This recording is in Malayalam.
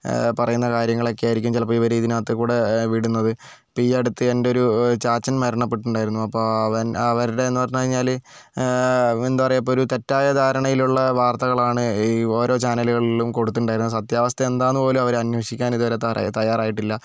പറയുന്ന കാര്യങ്ങളൊക്കെ ആയിരിക്കും ചിലപ്പോൾ ഇവർ ഇതിനകത്ത് കൂടെ വിടുന്നത് ഇപ്പോൾ ഈ അടുത്ത് എൻറെയൊരു ചാച്ചൻ മരണപ്പെട്ടിട്ടുണ്ടായിരുന്നു അപ്പോൾ അവൻ അവരുടെയെന്ന് പറഞ്ഞുകഴിഞ്ഞാൽ എന്താ പറയാ ഒരു തെറ്റായ ധാരണയിലുള്ള വാർത്തകളാണ് ഈ ഓരോ ചാനലുകളിലും കൊടുത്തിട്ടുണ്ടായിരുന്നത് സത്യാവസ്ഥ എന്താണെന്ന് പോലും അവർ അന്വേഷിക്കാൻ ഇതുവരെ തറ തയ്യാറായിട്ടില്ല